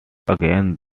against